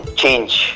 change